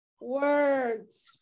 Words